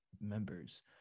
members